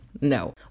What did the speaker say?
No